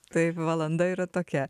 taip valanda yra tokia